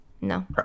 no